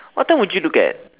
what time would you look at